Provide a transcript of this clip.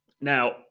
Now